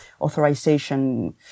authorization